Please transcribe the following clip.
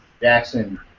Jackson